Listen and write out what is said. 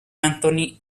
anthony